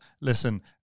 listen